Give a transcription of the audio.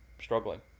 struggling